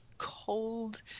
cold